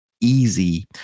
easy